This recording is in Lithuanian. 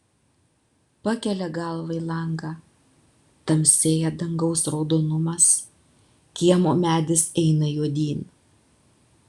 pakelia galvą į langą tamsėja dangaus raudonumas kiemo medis eina juodyn